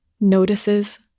notices